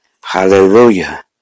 Hallelujah